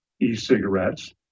e-cigarettes